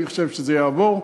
אני חושב שזה יעבור,